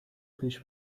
پیش